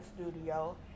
studio